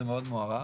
זה מאוד מוערך.